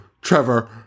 Trevor